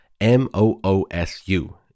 M-O-O-S-U